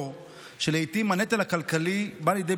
התשפ"ג 2023, של חברת הכנסת מירב בן